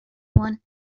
one